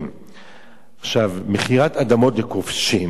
"מכירת אדמות לכובשים" אנחנו נקראים "הכובשים"